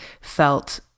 felt